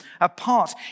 apart